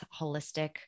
holistic